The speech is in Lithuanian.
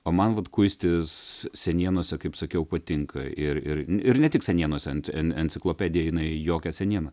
o man vat kuistis senienose kaip sakiau patinka ir ir ir ne tik senienose ent enciklopedija jinai jokia seniena